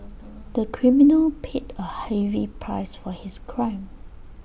the criminal paid A heavy price for his crime